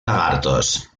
lagartos